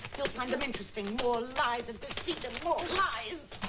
you'll find them interesting. more lies and deceit. more lies!